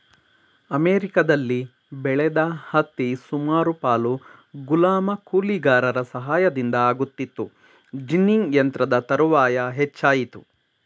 ಅಮೆರಿಕದಲ್ಲಿ ಬೆಳೆದ ಹತ್ತಿ ಸುಮಾರು ಪಾಲು ಗುಲಾಮ ಕೂಲಿಗಾರರ ಸಹಾಯದಿಂದ ಆಗುತ್ತಿತ್ತು ಜಿನ್ನಿಂಗ್ ಯಂತ್ರದ ತರುವಾಯ ಹೆಚ್ಚಾಯಿತು